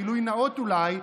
גילוי נאות אולי,